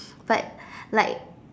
but like